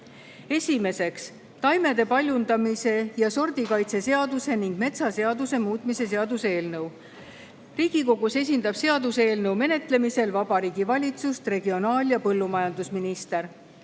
taimede paljundamise ja sordikaitse seaduse ning metsaseaduse muutmise seaduse eelnõu. Riigikogus esindab seaduseelnõu menetlemisel Vabariigi Valitsust regionaal- ja põllumajandusminister.